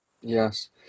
yes